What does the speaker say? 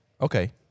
Okay